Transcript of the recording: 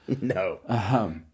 No